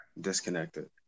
disconnected